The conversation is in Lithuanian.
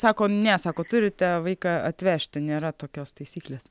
sako ne sako turite vaiką atvežti nėra tokios taisyklės